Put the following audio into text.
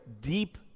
deep